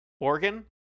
organ